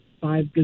five